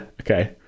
okay